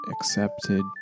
accepted